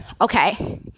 okay